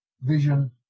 vision